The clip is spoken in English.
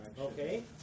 Okay